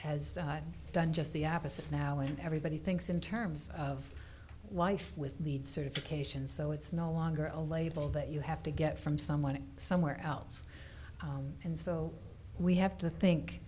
done just the opposite now and everybody thinks in terms of life with lead certifications so it's no longer a label that you have to get from someone somewhere else and so we have to think